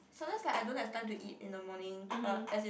sometimes right I don't have time to eat in the morning er as in